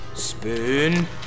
Spoon